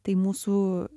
tai mūsų